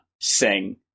sing